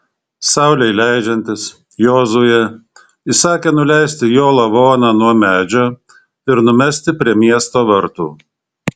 saulei leidžiantis jozuė įsakė nuleisti jo lavoną nuo medžio ir numesti prie miesto vartų